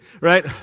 Right